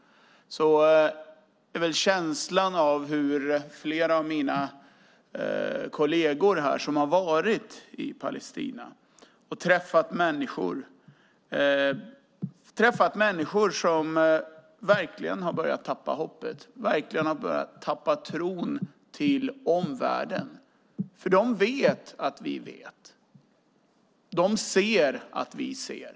Men flera av mina kolleger har varit i Palestina och träffat människor som verkligen har börjat tappa hoppet, verkligen har börjat tappa tilltron till omvärlden. De vet att vi vet. De ser att vi ser.